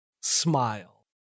smile